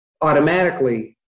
automatically